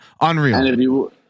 Unreal